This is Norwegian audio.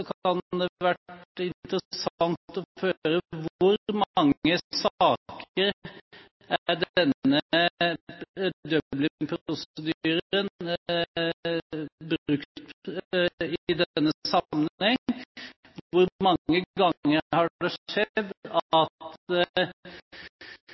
vært interessant å høre i hvor mange saker har man har brukt Dublin-prosedyren i denne sammenheng. Hvor mange ganger har det skjedd at kriminelle asylsøkere som har hatt